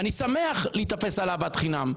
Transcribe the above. אני שמח להיתפס על אהבת חינם.